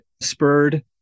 spurred